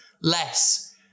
less